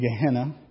Gehenna